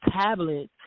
tablets